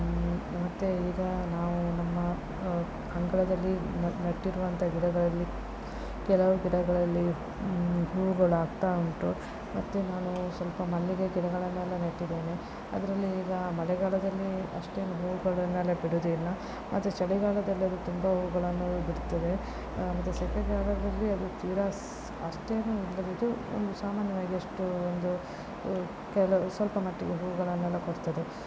ಮತ್ತು ಈಗ ನಾವು ನಮ್ಮ ಅಂಗಳದಲ್ಲಿ ನೆಟ್ಟಿರುವಂಥ ಗಿಡಗಳಲ್ಲಿ ಕೆಲವು ಗಿಡಗಳಲ್ಲಿ ಹೂಗಳು ಆಗ್ತಾ ಉಂಟು ಮತ್ತು ನಾನು ಸ್ವಲ್ಪ ಮಲ್ಲಿಗೆ ಗಿಡಗಳನ್ನೆಲ್ಲ ನೆಟ್ಟಿದ್ದೇನೆ ಅದರಲ್ಲಿ ಈಗ ಮಳೆಗಾಲದಲ್ಲಿ ಅಷ್ಟೇನೂ ಹೂಗಳನ್ನೆಲ್ಲ ಬಿಡುವುದಿಲ್ಲ ಆದರೆ ಚಳಿಗಾಲದಲ್ಲಿ ಅದು ತುಂಬ ಹೂಗಳನ್ನು ಬಿಡ್ತದೆ ಮತ್ತು ಸೆಕೆಗಾಲದಲ್ಲಿ ಅದು ತೀರಾ ಅಷ್ಟೇನೂ ಬಿಡದಿದ್ದರೂ ಒಂದು ಸಾಮಾನ್ಯವಾಗಿ ಅಷ್ಟು ಒಂದು ಕೆಲವು ಸ್ವಲ್ಪ ಮಟ್ಟಿಗೆ ಹೂಗಳನ್ನೆಲ್ಲ ಕೊಡ್ತದೆ